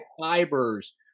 fibers